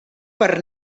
per